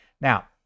Now